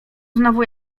znowu